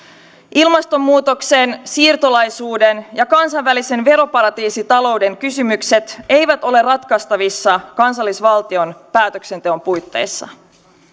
ilmastonmuutoksen siirtolaisuuden ja kansainvälisen veroparatiisitalouden kysymykset eivät ole ratkaistavissa kansallisvaltion päätöksenteon puitteissa